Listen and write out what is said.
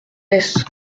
laisse